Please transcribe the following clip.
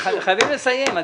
נסיים, זה דיון מהיר.